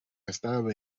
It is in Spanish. estaba